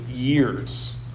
Years